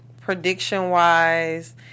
prediction-wise